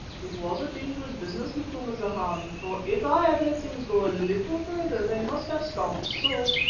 it was a dangerous business, macumazahn, for if i had let things go a little further they must have stopped so,